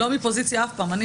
לא מפוזיציה אף פעם.